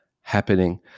happening